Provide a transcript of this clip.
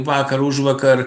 vakar užvakar